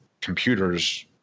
computers